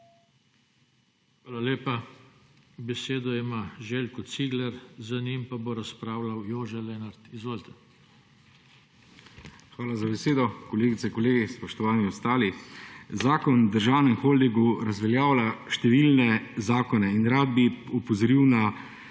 Hvala lepa. Besedo ima Željko Cigler, za njim pa bo razpravljal Jože Lenart. Izvolite. **ŽELJKO CIGLER (PS Levica):** Hvala za besedo. Kolegice, kolegi, spoštovani ostali! Zakon o državnem holdingu razveljavlja številne zakone. In rad bi opozoril, da